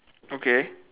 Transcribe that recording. okay